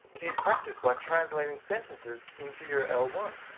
do you practice by translating sentences into your l one?